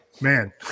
man